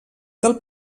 del